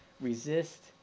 Resist